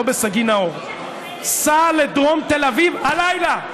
לא בסגי נהור: סע לדרום תל אביב הלילה.